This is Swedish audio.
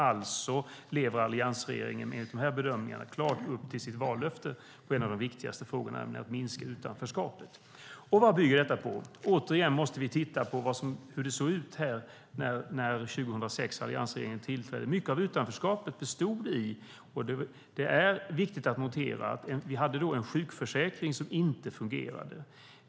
Enligt dessa bedömningar lever alliansregeringen alltså klart upp till sitt vallöfte i en av de viktigaste frågorna, nämligen att minska utanförskapet. Vad bygger detta på? Återigen måste vi titta på hur det såg ut när alliansregeringen tillträdde 2006. Det är viktigt att notera att vi då hade en sjukförsäkring som inte fungerade.